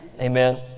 Amen